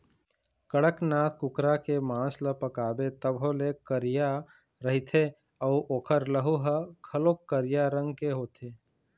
कड़कनाथ कुकरा के मांस ल पकाबे तभो ले करिया रहिथे अउ ओखर लहू ह घलोक करिया रंग के होथे